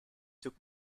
took